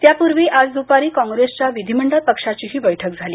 त्यापूर्वी आज दुपारी कॉप्रेसच्या विधिमंडळ पक्षाचीही बैठक झाली